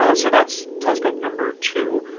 ah so that's telescope number two.